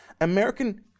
American